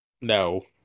No